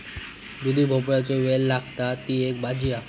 दुधी भोपळ्याचो वेल लागता, ती एक भाजी हा